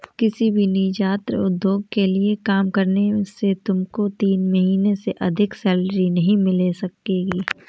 किसी भी नीजात उद्योग के लिए काम करने से तुमको तीन महीने से अधिक सैलरी नहीं मिल सकेगी